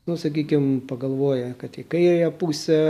nu sakykim pagalvoję kad į kairiąją pusę